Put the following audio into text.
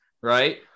right